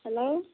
hello